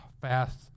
fast